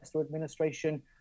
administration